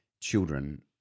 children